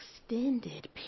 extended